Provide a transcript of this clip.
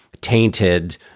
tainted